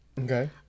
Okay